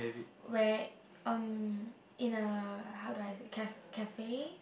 where um in a how do I say caf~ cafe